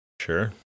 Sure